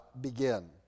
begin